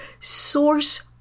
Source